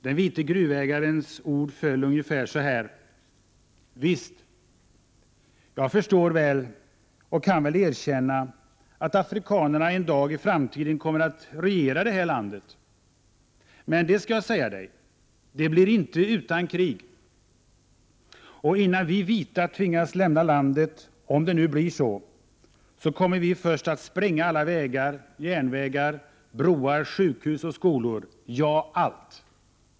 Den vite gruvägarens ord föll ungefär så här: Visst — jag förstår väl — och kan väl erkänna att afrikanerna en dag i framtiden kommer att regera det här landet. Men det skall jag säga dig, det blir inte utan krig. Och innan vi vita tvingas lämna landet — om det nu blir så — då kommer vi först att spränga alla vägar, järnvägar, broar, sjukhus, skolor, ja allt.